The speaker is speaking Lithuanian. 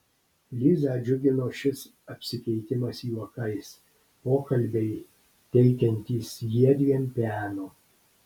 lizą džiugino šis apsikeitimas juokais pokalbiai teikiantys jiedviem peno